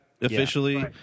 officially